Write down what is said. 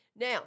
Now